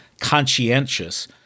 conscientious